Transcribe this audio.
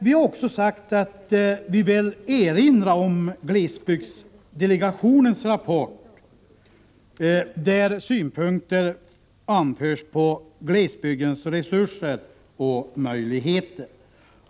Vi har också sagt att vi vill erinra om glesbygdsdelegationens rapport, där synpunkter anförs på glesbygdens resurser och möjligheter.